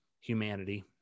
humanity